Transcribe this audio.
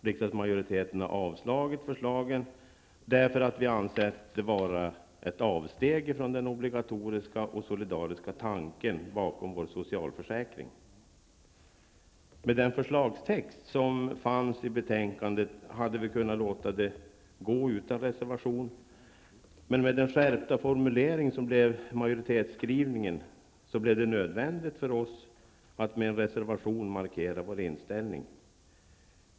Riksdagsmajoriteten har avslagit förslagen, därför att den har ansett det vara ett avsteg från den obligatoriska och solidariska tanken bakom vår socialförsäkring. Med den förslagstext som fanns i betänkandet hade vi kunnat avstå från reservation, men med den skärpta formulering som blev majoritetsskrivningen blev det nödvändigt för oss att med en reservation markera vår inställning.